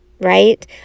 right